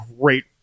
great